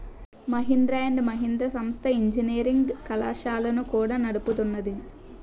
Mahindra and Mahindra సంస్థ engineering కళాశాలలను కూడా నడుపుతున్నాది